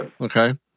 Okay